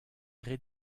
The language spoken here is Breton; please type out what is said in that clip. ret